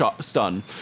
stun